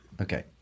Okay